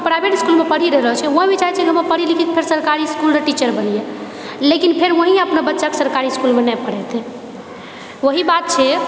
private इसकुलमे पढ़ि रहलो छै वहाँ भी चाहेै छौ कि हम पढ़ि लिखि फेर सरकारी इसकुलमे टीचर बनिए लेकिन फिर ओएह अपना बच्चाके सरकारी इसकुलमे नहि पढ़ेतै ओएह बात छै